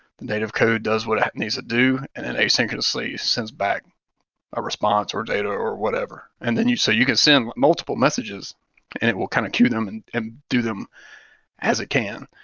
the native code does what it needs to do and then asynchronously sends back a response or data or whatever and then you say, you can send multiple messages and it will kind of queue them and and do them as it can,